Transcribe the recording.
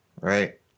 Right